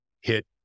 hit